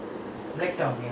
notorious area